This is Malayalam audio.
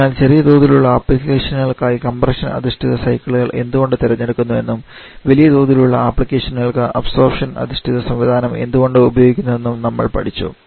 അതിനാൽ ചെറിയ തോതിലുള്ള ആപ്ലിക്കേഷനുകൾക്കായി കംപ്രഷൻ അധിഷ്ഠിത സൈക്കിളുകൾ എന്തുകൊണ്ട് തെരഞ്ഞെടുക്കുന്നു എന്നും വലിയ തോതിലുള്ള അപ്ലിക്കേഷനുകൾക്ക് അബ്സോർപ്ഷൻ അധിഷ്ഠിത സംവിധാനം എന്തുകൊണ്ട് ഉപയോഗിക്കുന്നതെന്നും നമ്മൾ പഠിച്ചു